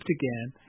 again